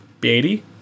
Beatty